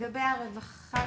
לגבי הרווחה,